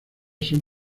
son